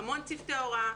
עם המון צוותי הוראה,